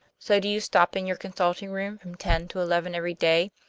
so do you stop in your consulting room from ten to eleven every day.